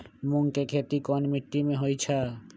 मूँग के खेती कौन मीटी मे होईछ?